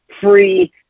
Free